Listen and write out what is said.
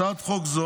הצעת חוק זו,